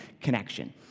connection